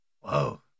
Whoa